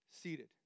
seated